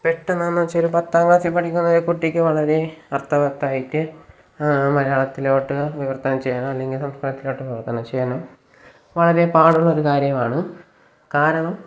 പെട്ടെന്ന് എന്ന് വെച്ചാൽ പത്താംക്ലാസിൽ പഠിക്കുന്ന ഒരു കുട്ടിക്ക് വളരെ അർത്ഥവത്തായിട്ട് മലയാളത്തിലോട്ട് വിവർത്തനം ചെയ്യാനോ അല്ലെങ്കിൽ സംസ്കൃതത്തിലോട്ട് വിവർത്തനം ചെയ്യാനോ വളരെ പാടുള്ള ഒരു കാര്യമാണ് കാരണം